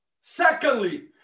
Secondly